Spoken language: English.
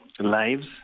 Lives